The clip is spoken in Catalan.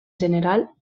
general